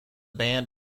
band